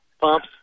pumps